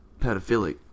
pedophilic